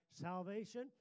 salvation